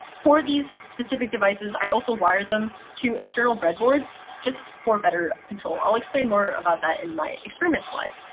for these specific devices, i also wired them to external bread boards just for better control. i'll explain more about that in my experiment slide.